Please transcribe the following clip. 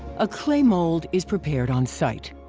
a clay mold is prepared on site.